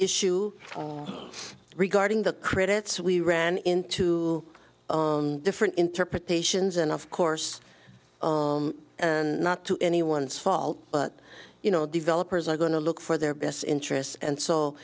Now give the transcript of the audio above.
issue regarding the credit so we ran into different interpretations and of course not to anyone's fault but you know developers are going to look for their best interests and so